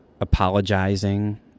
apologizing